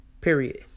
Period